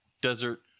Desert